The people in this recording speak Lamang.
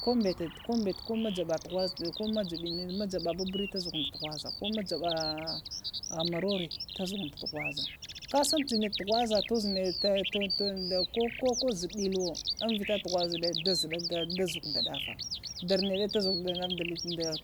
Ko ɓətə, ko majəɓə thhuzo ko, ma jəɓa ɓuɓure ta zuku da thwaza, ko majaɓə morore tazuko da tuhaza, kasar ko ɗəlewo vita thwaza da zuɗa ɗafaya daraɗaɗə